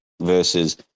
versus